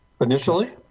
initially